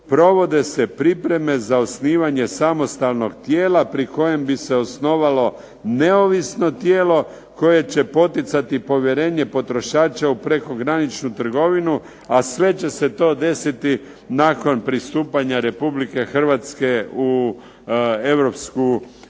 Provode se pripreme za osnivanje samostalnog tijela pri kojem bi se osnovalo neovisno tijelo koje će poticati povjerenje potrošača u prekograničnu trgovinu, a sve će se to desiti nakon pristupanja Republike Hrvatske u